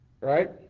Right